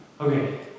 Okay